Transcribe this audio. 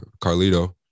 Carlito